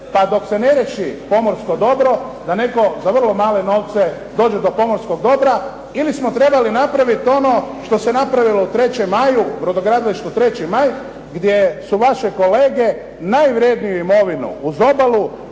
pa dok se ne riješi pomorsko dobro, da netko za vrlo male novce dođe do pomorskog dobra. Ili smo trebali napraviti ono što se napravilo brodogradilištu "3. maj", gdje su vaše kolege najvredniju imovinu uz obalu,